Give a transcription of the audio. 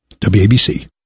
WABC